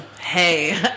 Hey